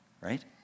right